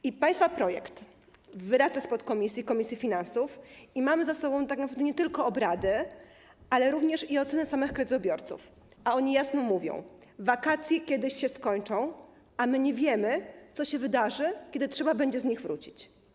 Tymczasem państwa projekt wraca z podkomisji komisji finansów i mamy za sobą tak naprawdę nie tylko obrady, ale również oceny samych kredytobiorców, a oni jasno mówią: wakacje kiedyś się skończą, a my nie wiemy, co się wydarzy, kiedy trzeba będzie z nich wrócić.